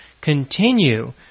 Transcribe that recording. continue